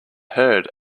heard